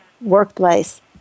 workplace